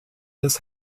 des